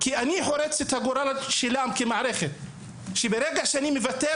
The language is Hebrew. כי כמערכת, אני הוא זה שחורץ את הגורל שלהם.